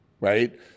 right